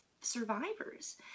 survivors